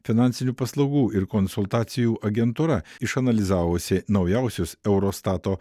finansinių paslaugų ir konsultacijų agentūra išanalizavusi naujausius eurostato